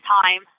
time